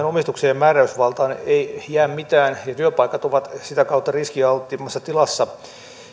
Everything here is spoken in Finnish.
omistukseen ja määräysvaltaan ei jää mitään ja työpaikat ovat sitä kautta riskialttiimmassa tilassa